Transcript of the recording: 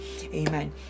Amen